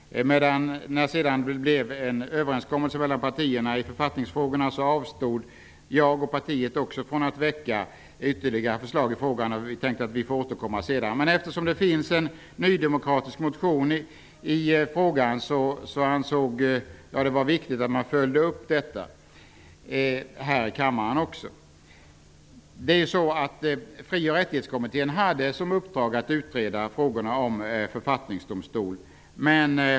När det sedan blev en överenskommelse mellan partierna i författningsfrågorna, avstod jag och partiet från att väcka ytterligare förslag i frågan. Vi tänkte att vi skulle återkomma senare. Eftersom det nu finns en nydemokratisk motion i frågan, ansåg jag det vara viktigt att följa upp detta här i kammaren. Fri och rättighetskommittén hade som uppdrag att utreda frågorna om författningsdomstol.